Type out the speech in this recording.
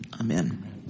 Amen